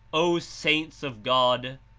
o saints of god!